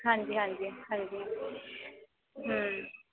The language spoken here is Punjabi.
ਹਾਂਜੀ ਹਾਂਜੀ ਹਾਂਜੀ ਹਮ